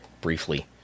Briefly